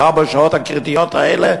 בארבע השעות הקריטיות האלה,